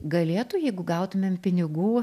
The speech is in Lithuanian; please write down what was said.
galėtų jeigu gautumėm pinigų